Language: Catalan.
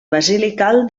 basilical